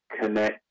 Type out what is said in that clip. connect